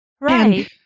Right